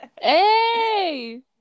hey